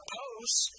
posts